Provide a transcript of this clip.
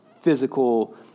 physical